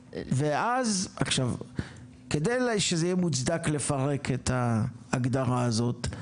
אז, כדי שזה יהיה מוצדק לפרק את ההגדרה הזאת,